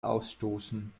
ausstoßen